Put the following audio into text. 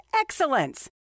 excellence